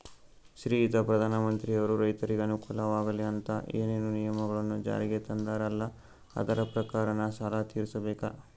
ಶ್ರೀಯುತ ಪ್ರಧಾನಮಂತ್ರಿಯವರು ರೈತರಿಗೆ ಅನುಕೂಲವಾಗಲಿ ಅಂತ ಏನೇನು ನಿಯಮಗಳನ್ನು ಜಾರಿಗೆ ತಂದಾರಲ್ಲ ಅದರ ಪ್ರಕಾರನ ಸಾಲ ತೀರಿಸಬೇಕಾ?